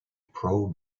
pro